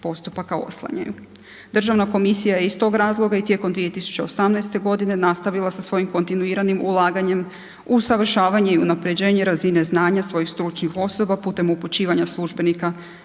postupaka oslanjaju. Državna komisija je iz tog razloga i tijekom 2018.g. nastavila sa svojim kontinuiranim ulaganjem u usavršavanje i unapređenje razine znanja svojih stručnih osoba putem upućivanja službenika